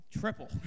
triple